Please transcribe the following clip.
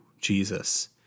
Jesus